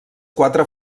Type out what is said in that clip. quatre